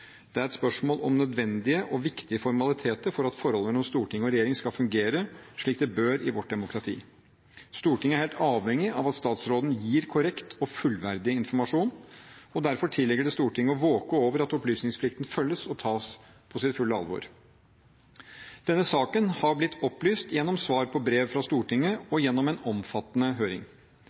Det er et spørsmål om nødvendige og viktige formaliteter for at forholdet mellom storting og regjering skal fungere slik det bør i vårt demokrati. Stortinget er helt avhengig av at statsråden gir korrekt og fullverdig informasjon, og derfor tilligger det Stortinget å våke over at opplysningsplikten følges og tas på sitt fulle alvor. Denne saken har blitt opplyst gjennom svar på brev fra Stortinget og gjennom en omfattende høring.